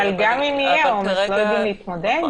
אבל גם אם יהיה, הם לא יודעים להתמודד?